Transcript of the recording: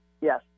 Yes